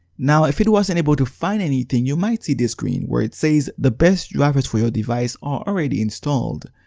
now if it it wasn't able to find anything, you might see this screen where it says, the best drivers for your device are already installed.